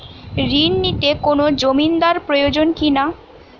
ঋণ নিতে কোনো জমিন্দার প্রয়োজন কি না?